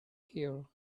here